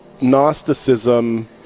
Gnosticism